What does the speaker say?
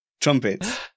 Trumpets